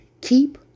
Keep